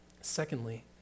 Secondly